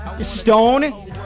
Stone